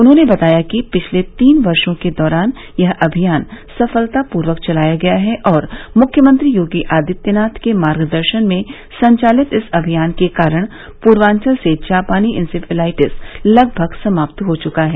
उन्होंने बताया कि पिछले तीन वर्षों के दौरान यह अभियान सफलतापूर्वक चलाया गया है और मुख्यमंत्री योगी आदित्यनाथ के मार्गदर्शन में संचालित इस अभियान के कारण पूर्वांचल से जापानी इंसेफ्लाइटिस लगभग समाप्त हो चुका है